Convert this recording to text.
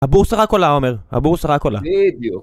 הבורסה רק עולה, אומר, הבורסה רק עולה -בדיוק